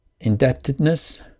indebtedness